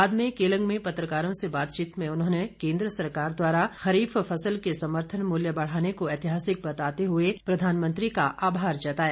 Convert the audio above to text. बाद में केलंग में पत्रकारों से बातचीत में उन्होंने केंद्र सरकार द्वारा खरीफ फसल के समर्थन मूल्य बढ़ाने को ऐतिहासिक फैसला बताते हुए प्रधानमंत्री का आभार जताया